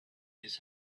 his